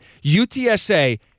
UTSA